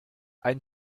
ein